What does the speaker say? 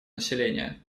населения